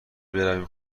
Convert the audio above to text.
برویم